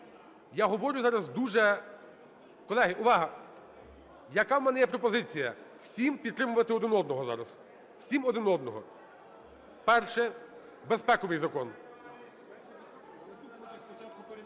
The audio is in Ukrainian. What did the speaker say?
я говорю зараз дуже… Колеги, увага! Яка в мене є пропозиція? Всім підтримувати один одного зараз, всім – один одного. Перше: безпековий закон.